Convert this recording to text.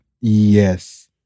Yes